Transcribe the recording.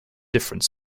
different